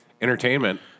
Entertainment